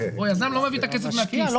היזם לא מבין את הכסף מהכיס,